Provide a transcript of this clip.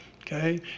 okay